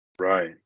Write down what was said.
Right